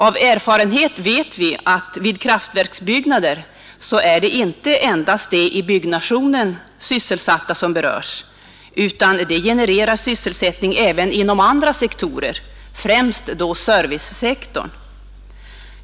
Av erfarenhet vet vi att det vid kraftverksbyggnader inte endast är de i byggnationen sysselsatta som berörs, utan det genererar sysselsättning även inom andra sektorer, främst då servicesektorn.